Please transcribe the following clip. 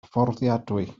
fforddiadwy